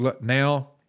now